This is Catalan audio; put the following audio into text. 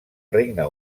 regne